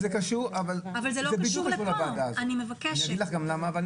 זה קשור ואני גם אומר לך למה.